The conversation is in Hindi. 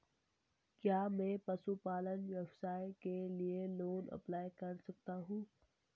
क्या मैं पशुपालन व्यवसाय के लिए लोंन अप्लाई कर सकता हूं?